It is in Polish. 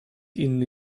inny